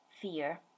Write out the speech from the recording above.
fear